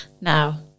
Now